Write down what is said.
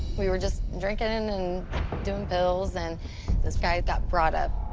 we were just drinking and doing pills, and the guy got brought up.